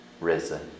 risen